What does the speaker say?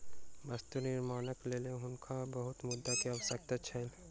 वस्तु निर्माणक लेल हुनका बहुत मुद्रा के आवश्यकता छल